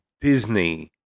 Disney